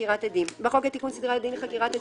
(חקירת עדים) 20. בחוק לתיקון סדרי הדין (חקירת עדים),